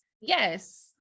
Yes